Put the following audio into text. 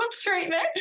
treatment